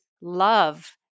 love